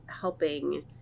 helping